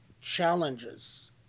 challenges